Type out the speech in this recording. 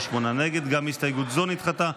הסתייגות זו נדחתה.